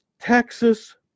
Texas